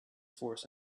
force